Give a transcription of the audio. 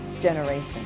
generation